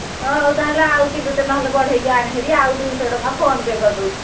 ହଉ ତାହେଲେ ଆଉ କିଲୋଟେ ନହେଲେ ବଢେଇକି ଆଣେ ଭାରି ଆଉ ଦୁଇଶହ ଟଙ୍କା ଫୋନ୍ ପେ ନହେଲେ କରିଦେଉଛି